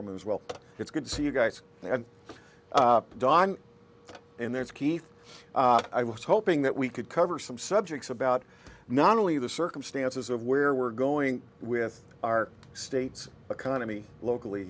from him as well it's good to see you guys and don and there's keith i was hoping that we could cover some subjects about not only the circumstances of where we're going with our state's economy locally